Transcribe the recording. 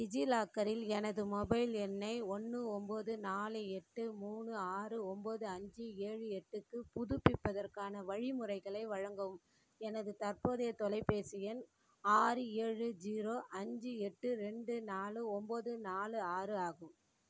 டிஜிலாக்கரில் எனது மொபைல் எண்ணை ஒன்று ஒம்பது நாலு எட்டு மூணு ஆறு ஒம்போது அஞ்சு ஏழு எட்டுக்கு புதுப்பிப்பதற்கான வழிமுறைகளை வழங்கவும் எனது தற்போதைய தொலைபேசி எண் ஆறு ஏழு ஜீரோ அஞ்சு எட்டு ரெண்டு நாலு ஒம்பது நாலு ஆறு ஆகும்